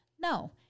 no